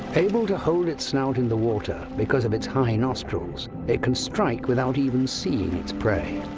able to hold its snout in the water because of its high nostrils, it can strike without even seeing its prey.